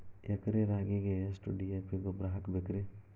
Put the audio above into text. ಎಕರೆ ರಾಗಿಗೆ ಎಷ್ಟು ಡಿ.ಎ.ಪಿ ಗೊಬ್ರಾ ಹಾಕಬೇಕ್ರಿ?